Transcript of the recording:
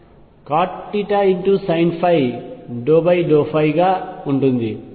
Ly icosϕ∂θ cotθsinϕ∂ϕ గా ఉంటుంది